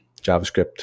JavaScript